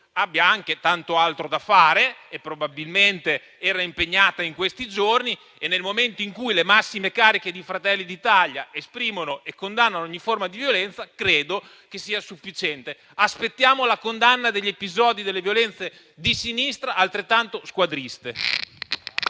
abbia anche tanto altro da fare e probabilmente era impegnata in questi giorni; nel momento in cui le massime cariche di Fratelli d'Italia si esprimono e condannano ogni forma di violenza, credo che sia sufficiente. Aspettiamo la condanna degli episodi e delle violenze di sinistra, altrettanto squadriste.